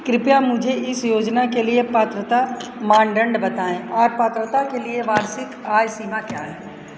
कृपया मुझे इस योजना के लिए पात्रता मानदंड बताएँ और पात्रता के लिए वार्षिक आय सीमा क्या है